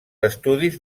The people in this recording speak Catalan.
estudis